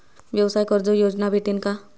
व्यवसाय कर्ज योजना भेटेन का?